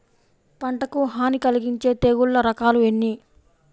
పంటకు హాని కలిగించే తెగుళ్ళ రకాలు ఎన్ని?